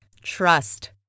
trust